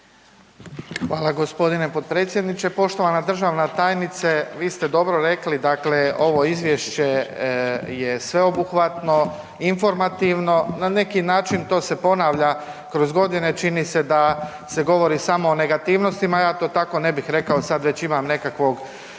Hvala g. potpredsjedniče. Poštovana državna tajnice, vi ste dobro rekli, dakle ovo izvješće je sveobuhvatno, informativno, na neki način to se ponavlja kroz godine, čini se da se govori samo o negativnostima, ja to tako ne bih rekao sad već imam nekakvog